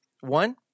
one